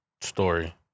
story